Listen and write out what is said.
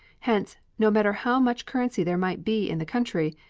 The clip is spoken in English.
hence, no matter how much currency there might be in the country,